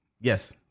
Yes